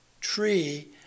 tree